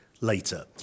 later